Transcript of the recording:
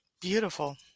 Beautiful